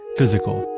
physical,